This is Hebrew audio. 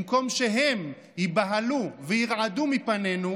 במקום שהם ייבהלו וירעדו מפנינו,